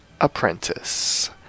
apprentice